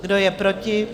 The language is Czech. Kdo je proti?